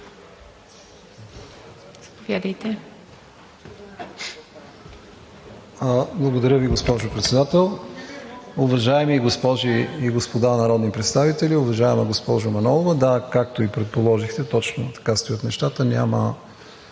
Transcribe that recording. КАЦАРОВ: Благодаря Ви, госпожо Председател. Уважаеми госпожи и господа народни представители, уважаема госпожо Манолова! Да, както и предположихте, точно така стоят нещата. Няма